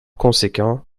conséquent